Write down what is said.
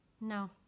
No